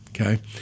Okay